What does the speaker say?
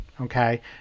Okay